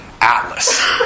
atlas